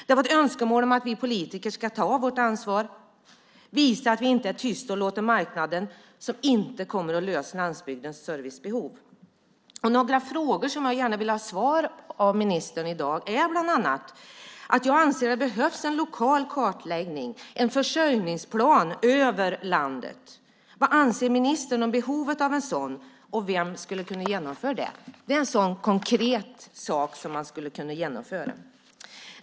Det fanns önskemål om att vi politiker ska ta vårt ansvar och inte vara tysta och låta marknaden styra, för marknaden kommer inte att lösa landsbygdens servicebehov. Några frågor som jag gärna vill att ministern svarar på i dag gäller bland annat att jag anser att det behövs en lokal kartläggning, en försörjningsplan över landet. Vad anser ministern om behovet av en sådan, och vem skulle kunna genomföra den? Det är en konkret sak som man skulle kunna genomföra.